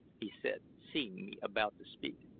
he said, seeing me about to speak.